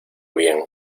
bien